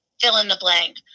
fill-in-the-blank